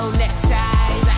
neckties